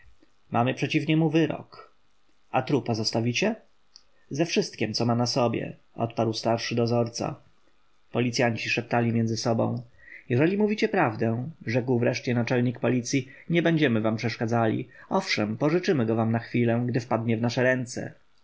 mamy przeciw niemu wyrok a trupa zostawicie ze wszystkiem co ma na sobie odparł starszy dozorca policjanci szeptali między sobą jeżeli mówicie prawdę rzekł wreszcie naczelnik policji nie będziemy wam przeszkadzali owszem pożyczymy go wam na chwilę gdy wpadnie w nasze ręce